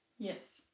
Yes